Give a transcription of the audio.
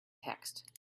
text